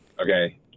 okay